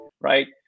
right